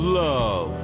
love